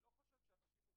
לא רק יכולים.